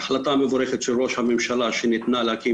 ההחלטה המבורכת של ראש הממשלה הייתה להקים